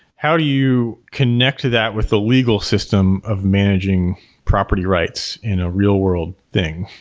how do you connect to that with the legal system of managing property rights in a real world thing,